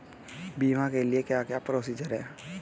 बीमा के लिए क्या क्या प्रोसीजर है?